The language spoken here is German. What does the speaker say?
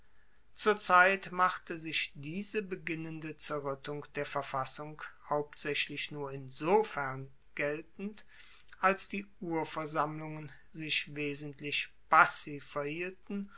zur zeit machte sich diese beginnende zerruettung der verfassung hauptsaechlich nur insofern geltend als die urversammlungen sich wesentlich passiv verhielten